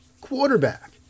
quarterback